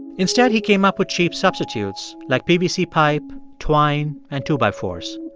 instead, he came up with cheap substitutes like pvc pipe, twine and two-by-fours.